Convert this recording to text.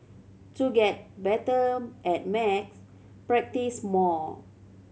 to get better at maths practise more